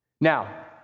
Now